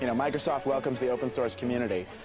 you know microsoft welcomes the open source community.